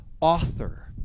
author